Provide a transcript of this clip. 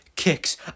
Kicks